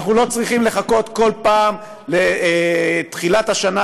אנחנו לא צריכים לחכות כל פעם לתחילת השנה,